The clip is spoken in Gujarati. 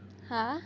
હા